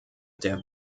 der